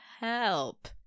help